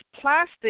plastic